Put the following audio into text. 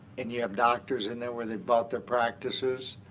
and you have doctors in there where they bought their practices.